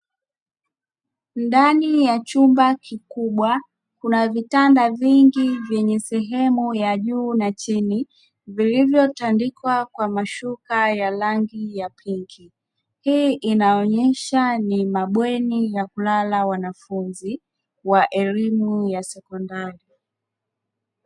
Ndani ya chumba kikubwa kuna vitanda vingi vyenye sehemu ya juu na chini vilivyotandikwa kwa mashuka ya rangi ya pinki ,hii inaonesha ni mabweni ya kulala wanafunzi wa elimu ya sekondari.